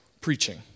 preaching